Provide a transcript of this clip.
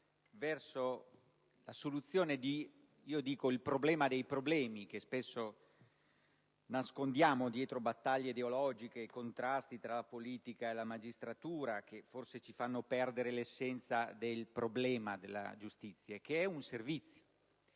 verso la soluzione di quello che io chiamo il problema dei problemi, che spesso nascondiamo dietro battaglie ideologiche, i contrasti tra la politica e la magistratura, che forse ci fanno perdere l'essenza del problema della giustizia, che è un servizio.